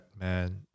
man